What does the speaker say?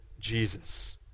Jesus